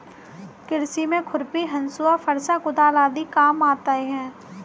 कृषि में खुरपी, हँसुआ, फरसा, कुदाल आदि काम आते है